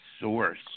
source